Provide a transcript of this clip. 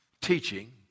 teaching